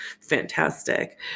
fantastic